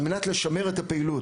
על מנת לשמר את הפעילות.